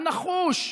הנחוש,